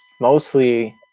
mostly